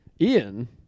Ian